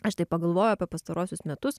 aš taip pagalvojau apie pastaruosius metus